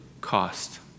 cost